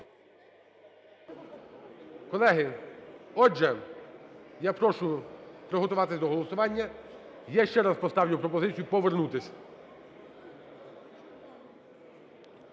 Колеги, отже, я прошу приготуватись до голосування. Я ще раз поставлю пропозицію повернутись.